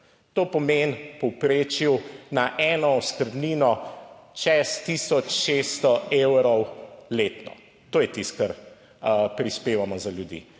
To pomeni v povprečju na 1 oskrbnino čez 1600 evrov letno. To je tisto, kar prispevamo za ljudi